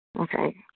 okay